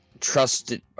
trusted